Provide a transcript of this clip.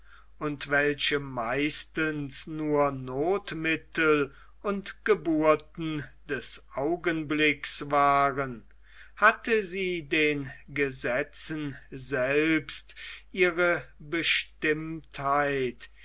und welche meistens nur nothmittel und geburten des augenblicks waren hatte sie den gesetzen selbst ihre bestimmtheit